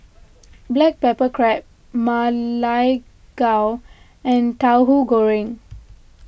Black Pepper Crab Ma Lai Gao and Tauhu Goreng